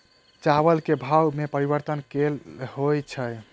चावल केँ भाव मे परिवर्तन केल होइ छै?